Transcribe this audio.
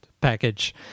package